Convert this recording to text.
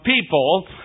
people